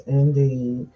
indeed